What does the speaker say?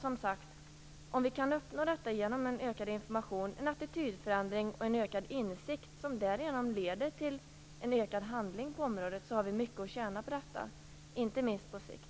Om vi kan uppnå detta genom ökad information, en attitydförändring och förbättrad insikt, som leder till ökad handling på området, kan vi tjäna mycket på detta, inte minst på sikt.